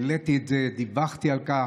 העליתי את זה, דיווחתי על כך,